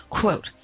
Quote